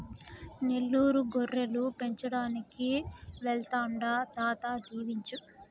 నెల్లూరు గొర్రెలు పెంచడానికి వెళ్తాండా తాత దీవించు